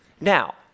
Now